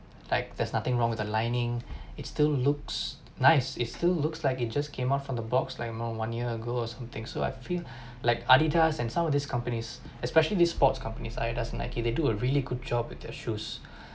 like there's nothing wrong with the lining it still looks nice is still looks like it just came out from the box like among one year ago or something so I feel like Adidas and some of these companies especially these sports companies Adidas and Nike they do a really good job at their shoes